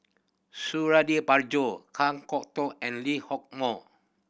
Suradi Parjo Kan Kwok Toh and Lee Hock Moh